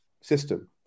System